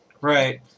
Right